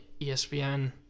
ESPN